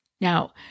Now